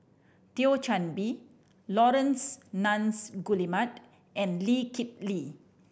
Thio Chan Bee Laurence Nunns Guillemard and Lee Kip Lee